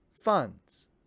funds